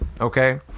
okay